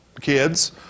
kids